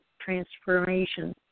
transformation